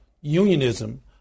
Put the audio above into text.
unionism